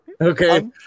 Okay